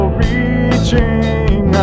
reaching